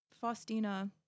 Faustina